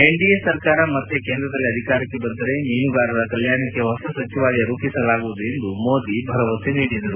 NDA ಸರ್ಕಾರ ಮತ್ತೆ ಕೇಂದ್ರದಲ್ಲಿ ಅಧಿಕಾರಕ್ಷೆ ಬಂದರೆ ಮೀನುಗಾರರ ಕಲ್ಹಾಣಕ್ಷೆ ಹೊಸ ಸಚಿವಾಲಯ ರೂಪಿಸಲಾಗುವುದು ಎಂದು ಭರವಸೆ ನೀಡಿದರು